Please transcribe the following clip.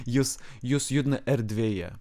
jus jus judina erdvėje